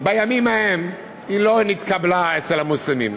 בימים ההם לא נתקבלה אצל המוסלמים.